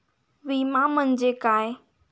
विमा म्हणजे काय?